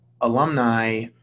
alumni